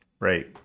Right